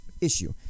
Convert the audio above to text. issue